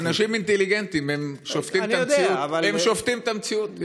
הם אנשים אינטליגנטיים, הם שופטים את המציאות.